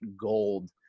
gold